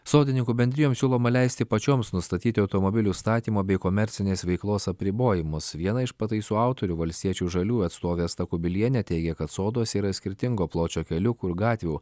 sodininkų bendrijoms siūloma leisti pačioms nustatyti automobilių statymo bei komercinės veiklos apribojimus viena iš pataisų autorių valstiečių žaliųjų atstovė asta kubilienė teigia kad soduose yra skirtingo pločio keliukų ir gatvių